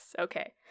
okay